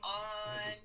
on